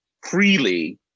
freely